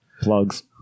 Plugs